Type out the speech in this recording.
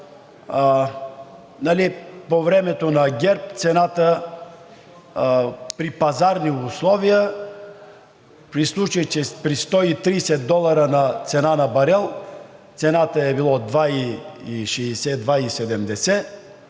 по времето на ГЕРБ цената при пазарни условия при 130 долара цена на барел, цената е била 2,60 – 2,70